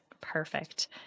perfect